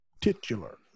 Titular